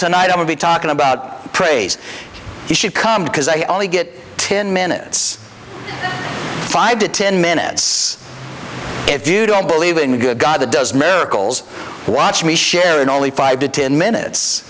tonight i will be talking about praise he should come because i only get ten minutes five to ten minutes if you don't believe in good god does miracles watch me share in only five to ten minutes